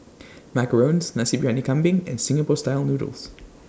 Macarons Nasi Briyani Kambing and Singapore Style Noodles